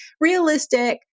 Realistic